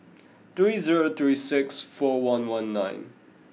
three zero three six four one one nine